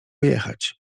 jechać